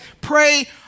pray